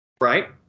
Right